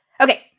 Okay